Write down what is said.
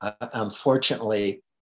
unfortunately